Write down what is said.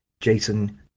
Jason